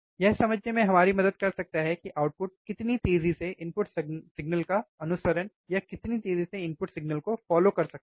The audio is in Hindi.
यह समझने में हमारी मदद कर सकता है कि आउटपुट कितनी तेजी से इनपुट सिग्नल का अनुसरण कर सकता है